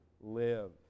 live